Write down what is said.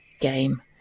game